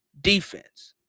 defense